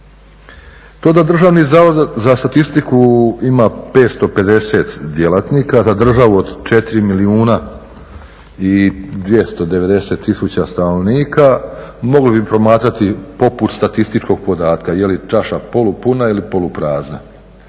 statistike. To da DSZ ima 550 djelatnika za državu od 4 milijuna i 290 tisuća stanovnika mogli bi promatrati poput statističkog podatka, jeli čaša polupuna ili poluprazna.